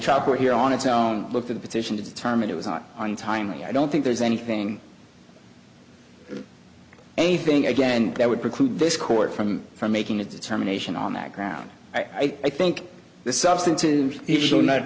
court here on its own looked at the petition to determine it was not untimely i don't think there's anything anything again that would preclude this court from from making a determination on that ground i think the substitution issue not